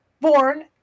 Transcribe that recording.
born